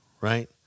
right